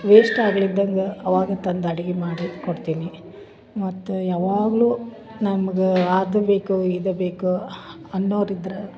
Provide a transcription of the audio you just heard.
waste ಆಗ್ಲಿದ್ದಂಗ ಆವಾಗ ತಂದು ಅಡ್ಗಿ ಮಾಡಿ ಕೊಡ್ತೀನಿ ಮತ್ತು ಯಾವಾಗಲು ನಮ್ಗೆ ಅದು ಬೇಕು ಇದು ಬೇಕು ಅನ್ನೋರಿದ್ರೆ